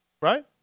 right